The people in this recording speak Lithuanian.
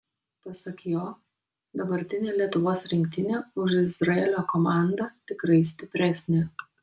pasak jo dabartinė lietuvos rinktinė už izraelio komandą tikrai stipresnė